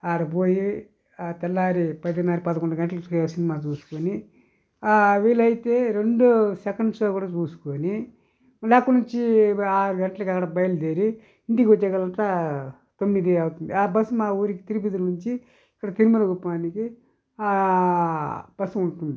ఆడ పోయి ఆ తెల్లారి పదిన్నర పదకొండు గంటలకి సినిమా చూసుకొని వీలైతే రెండు సెకండ్ షో కూడా చూసుకొని మళ్ళీ అక్కడ నుంచి ఆరు గంటలకు అక్కడ బయలుదేరి ఇంటికి వచ్చేకదంతా తొమ్మిది అవుతుంది ఆ బస్సు మా ఊరికి తిరుపతి నుంచి ఇక్కడ తిరుమలకుప్పానికి ఆ బస్సు ఉంటుంది